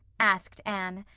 asked anne,